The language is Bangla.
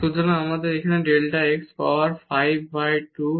সুতরাং আমাদের এখানে ডেল্টা x পাওয়ার 5 বাই 2 আছে